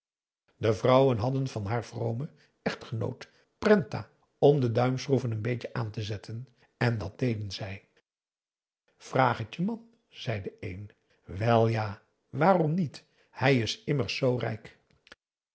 de vrouwen hadden van haar vromen echtgenoot prentah om de duimschroeven een beetje aan te zetten en dat deden zij aum boe akar eel raag het je man zei de een wel ja waarom niet hij is immers zoo rijk